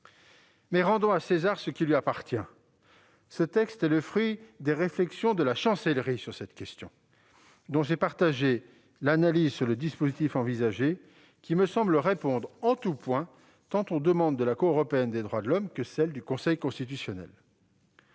Mais rendons à César ce qui lui appartient : ce texte est le fruit des réflexions de la Chancellerie sur le sujet, dont j'ai partagé l'analyse. Le dispositif envisagé me semble répondre en tous points aux demandes tant de la Cour européenne des droits de l'homme que du Conseil constitutionnel.